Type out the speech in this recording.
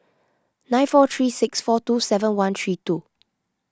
nine four three six four two seven one three two